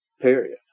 Period